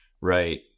Right